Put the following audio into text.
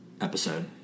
episode